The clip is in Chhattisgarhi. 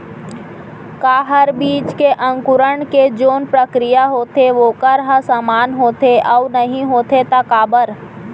का हर बीज के अंकुरण के जोन प्रक्रिया होथे वोकर ह समान होथे, अऊ नहीं होथे ता काबर?